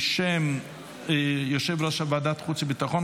בשם יושב-ראש ועדת החוץ והביטחון,